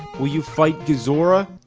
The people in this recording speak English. will you fight gezora?